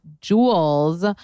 jewels